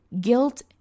guilt